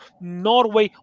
Norway